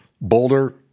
Boulder